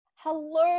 Hello